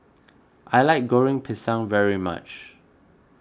I like Goreng Pisang very much